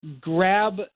grab